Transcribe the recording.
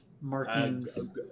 Markings